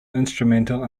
instrumental